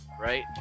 right